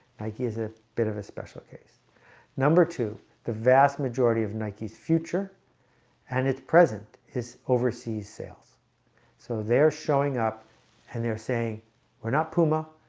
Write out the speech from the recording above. nike is a bit of a special case number two the vast majority of nikes future and its present is overseas sales so they're showing up and they're saying we're not puma.